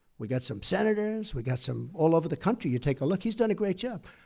we got some senators. we got some all over the country, you take a look, he's done a great job.